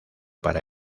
para